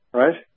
right